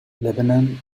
lebanon